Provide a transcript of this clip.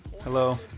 Hello